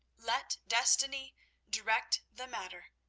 let destiny direct the matter.